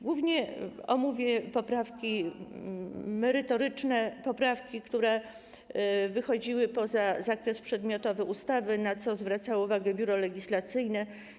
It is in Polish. Głównie omówię poprawki merytoryczne, poprawki, które wychodziły poza zakres przedmiotowy ustawy, na co zwracało uwagę Biuro Legislacyjne.